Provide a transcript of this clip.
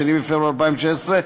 2 בפברואר 2016,